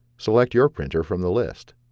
select your printer from the list,